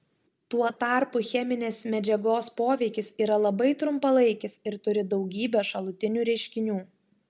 tuo tarpu cheminės medžiagos poveikis yra labai trumpalaikis ir turi daugybę šalutinių reiškinių